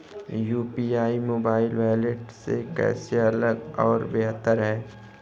UPI mobile wallet से कैसे अलग और बेहतर है?